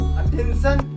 attention